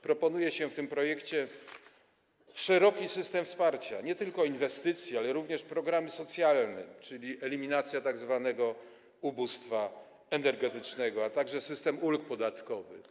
Proponuje się w tym projekcie szeroki system wsparcia nie tylko inwestycji, ale również programy socjalne, czyli eliminację tzw. ubóstwa energetycznego, a także system ulg podatkowych.